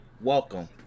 welcome